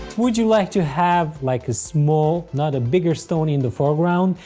would you like to have like a small, not a bigger stone in the foreground?